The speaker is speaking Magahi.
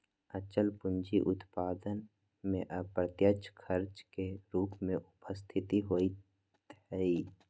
अचल पूंजी उत्पादन में अप्रत्यक्ष खर्च के रूप में उपस्थित होइत हइ